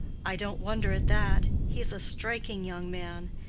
i don't wonder at that he is a striking young man.